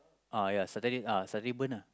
uh ya Saturday uh Saturday burn ah